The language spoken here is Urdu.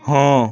ہاں